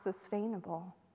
sustainable